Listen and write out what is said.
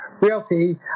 Realty